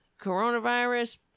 Coronavirus